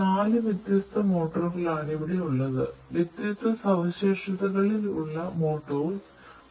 അതിനാൽ 4 വ്യത്യസ്ത മോട്ടോറുകൾ ആണ് ഉള്ളത് വ്യത്യസ്ത സവിശേഷതകളിൽ ഉള്ള മോട്ടോർസ് ഉണ്ട്